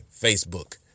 Facebook